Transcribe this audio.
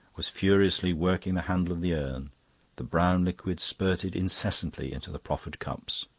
was furiously working the handle of the urn the brown liquid spurted incessantly into the proffered cups.